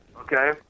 Okay